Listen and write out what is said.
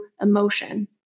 emotion